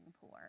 poor